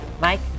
Mike